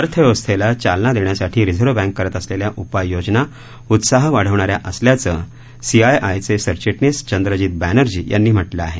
अर्थव्यवस्थेला चालना देण्यासाठी रिझर्व्ह बँक करत असलेल्या उपाययोजना उत्साह वाढवणाऱ्या असल्याचं सीआयआयचे सरचिटणीस चंद्रजीत बॅनर्जी यांनी म्हटलं आहे